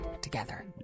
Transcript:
together